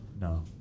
No